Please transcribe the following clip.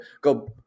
go